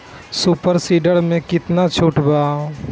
Super seeder मै कितना छुट बा?